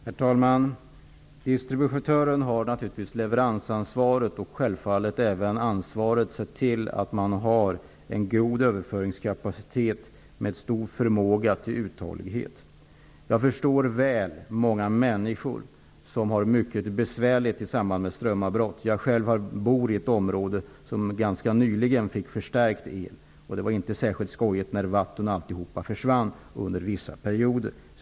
Herr talman! Distributören har naturligtvis leveransansvaret och självfallet också ansvar för att det finns en bra överföringskapacitet med god förmåga till uthållighet. Jag förstår människor väl som har det mycket besvärligt i samband med strömavbrott. Jag bor själv i ett område som ganska nyligen fick elförstärkning. Det var inte särskilt skojigt när vatten och annat försvann under vissa perioder.